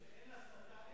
כשאין הסתה,